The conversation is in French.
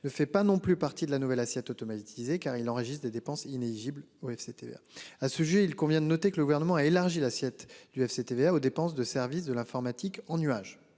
ne fait pas non plus partie de la nouvelle assiette automatisé car il enregistre des dépenses inéligibles. Oui c'était bien. À sujet il convient de noter que le gouvernement a élargi l'assiette du FCTVA aux dépenses de service de l'informatique en nuage